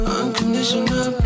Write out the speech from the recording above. unconditional